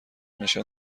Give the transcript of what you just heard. نشان